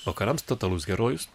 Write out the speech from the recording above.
vakarams totalus herojus